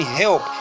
help